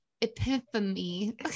epiphany